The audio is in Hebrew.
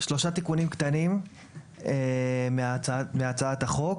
שלושה תיקונים קטנים מהצעת החוק.